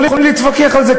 יכולים להתווכח על זה,